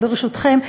ברשותכם.